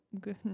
good